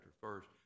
first